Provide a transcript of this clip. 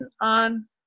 on